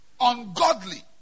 ungodly